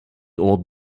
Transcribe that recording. old